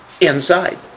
Inside